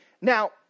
Now